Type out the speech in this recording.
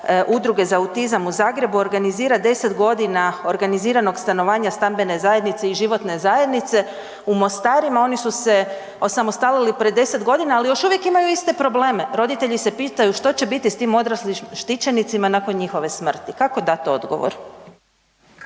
Udruge za autizam u Zagrebu organizira 10 godina organiziranog stanovanja stambene zajednice i životne zajednice u Mostarima, oni su se osamostalili prije 10 godina, ali još uvijek imaju iste probleme. Roditelji se pitanju što će biti s tim odraslim štićenicima nakon njihove smrti, kako dati odgovor.